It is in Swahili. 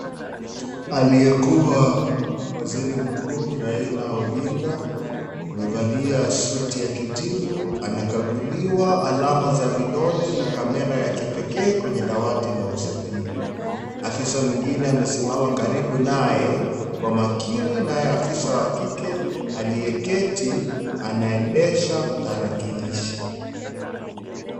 Aliyekuwa waziri mkuu Raila Odinga amevaliia suti ya kijivu anakaguliwa alama za vidole na kamera ya kipekee kwenye dawati la usajili , afisa mwingine amesimama karibu naye kwa makini naye afisa wa kike aliyeketi anaendesha tarakilishi.